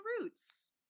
Roots